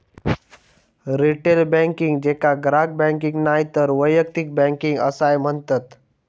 retail banking, जेका ग्राहक banking नायतर वैयक्तिक बँकिंग असाय म्हणतत